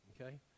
okay